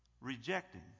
rejecting